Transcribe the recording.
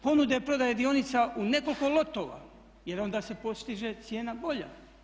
ponude prodaje dionica u nekoliko lotova jer onda se postiže cijena bolja.